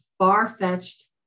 far-fetched